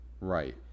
Right